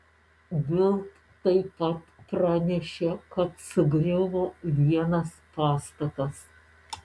bild taip pat pranešė kad sugriuvo vienas pastatas